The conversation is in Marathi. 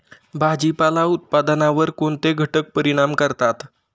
भाजीपाला उत्पादनावर कोणते घटक परिणाम करतात?